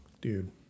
dude